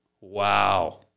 wow